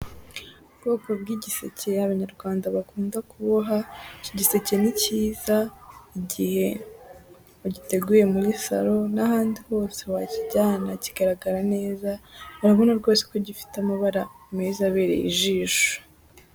Ubwoko bw'igiseke Abanyarwanda bakunda kuboha. Iki giseke ni cyiza igihe ugiteguye muri salo n'ahandi hose wakijyana kigaragara neza. Urabona rwose ko gifite amabara meza abereye ijisho.